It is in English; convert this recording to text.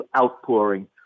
outpouring